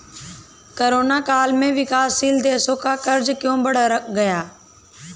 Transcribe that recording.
Corona काल में विकासशील देशों का कर्ज क्यों बढ़ गया है?